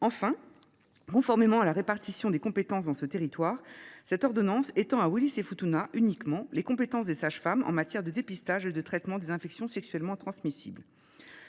Enfin, conformément à la répartition des compétences dans ce territoire, cette ordonnance étend à Wallis et Futuna les seules dispositions relatives à l’extension des compétences des sages femmes en matière de dépistage et de traitement des infections sexuellement transmissibles.